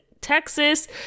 Texas